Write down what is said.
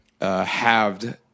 halved